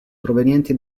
provenienti